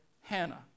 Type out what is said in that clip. Hannah